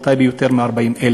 ובטייבה יש יותר מ-40,000.